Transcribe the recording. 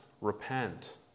repent